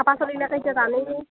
আপা চলি বিলাকে এতিয়া জানে